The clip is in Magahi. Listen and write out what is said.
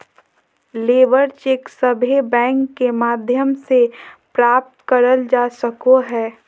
लेबर चेक सभे बैंक के माध्यम से प्राप्त करल जा सको हय